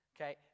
okay